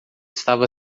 estava